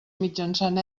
mitjançant